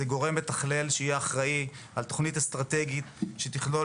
הוא גורם מתכלל שיהיה אחראי על תוכנית אסטרטגית שתכלול